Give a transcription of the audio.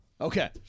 Okay